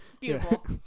Beautiful